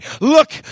Look